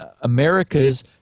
America's